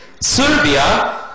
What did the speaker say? Serbia